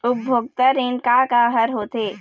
उपभोक्ता ऋण का का हर होथे?